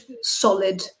solid